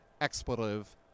Expletive